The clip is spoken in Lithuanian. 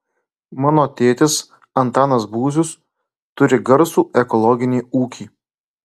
mano tėtis antanas būzius turi garsų ekologinį ūkį